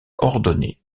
ordonné